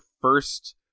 first